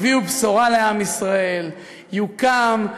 הביאו בשורה לעם ישראל: יוקם,